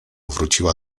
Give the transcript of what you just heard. wróciła